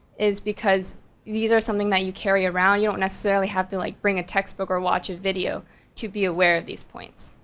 is because these are something that you carry around, you don't necessarily have to like, bring textbook or watch a video to be aware of these points.